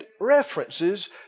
references